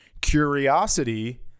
Curiosity